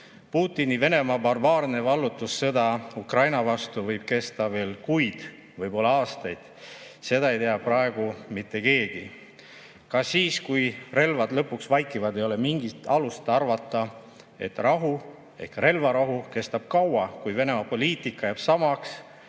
Putini Venemaa barbaarne vallutussõda Ukraina vastu võib kesta veel kuid, võib-olla aastaid. Seda ei tea praegu mitte keegi. Ka siis, kui relvad lõpuks vaikivad, ei ole mingit alust arvata, et rahu ehk relvarahu kestab kaua, kui Venemaa poliitika jääb samaks